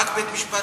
רק בית-המשפט.